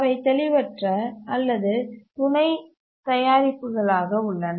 அவை தெளிவற்ற அல்லது துணை தயாரிப்புகளாக உள்ளன